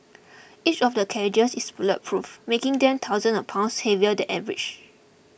each of the carriages is bulletproof making them thousands of pounds heavier than average